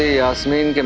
yasmine.